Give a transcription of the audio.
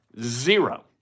Zero